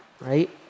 right